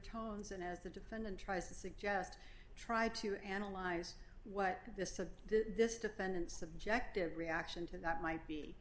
tones and as the defendant tries to suggest try to analyze what the said this defendant subjective reaction to that might be